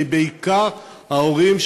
ובעיקר להורים,